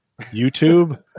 YouTube